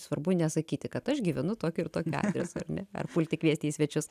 svarbu nesakyti kad aš gyvenu tokiu ir tokiu adresu ar ne ar pulti kviesti į svečius